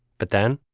but then